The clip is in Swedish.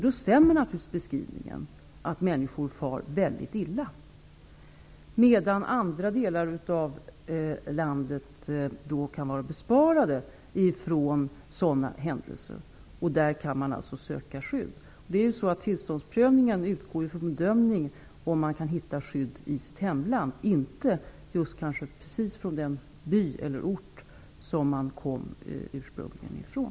Då stämmer naturligtvis beskrivningen att människor far mycket illa. Andra delar av landet kan vara besparade från sådana händelser, och där kan man alltså söka skydd. Tillståndsprövningen utgår från en bedömning av om man kan hitta skydd i sitt hemland, inte just i den by eller ort som man kom från ursprungligen.